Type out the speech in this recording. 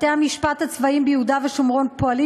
בתי-המשפט הצבאיים ביהודה ושומרון פועלים